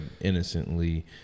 innocently